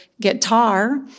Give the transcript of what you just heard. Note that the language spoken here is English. guitar